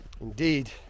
Indeed